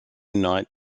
night